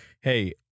hey